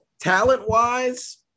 Talent-wise